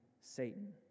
Satan